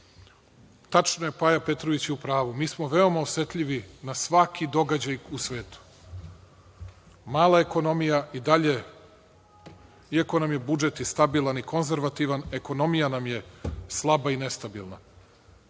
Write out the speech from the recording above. Tačno je, Paja Petrović je u pravu, mi smo veoma osetljivi na svaki događaj u svetu. Mala ekonomija i dalje, iako nam je budžet i stabilan i konzervativan, ekonomija nam je slaba i nestabilna